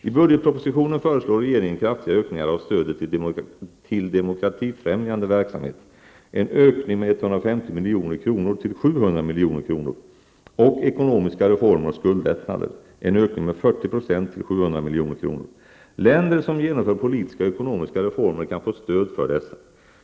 I budgetpropositionen föreslår regeringen kraftiga ökningar av stödet till demokratifrämjande verksamhet -- en ökning med 150 milj.kr. till 700 milj.kr. -- och ekonomiska reformer och skuldlättnader -- en ökning med 40 % till 700 milj.kr. Länder som genomför politiska och ekonomiska reformer kan få stöd för dessa.